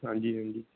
ਹਾਂਜੀ ਹਾਂਜੀ